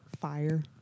Fire